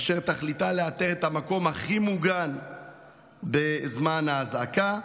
אשר תכליתה לאתר את המקום הכי מוגן בזמן האזעקה.